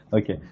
Okay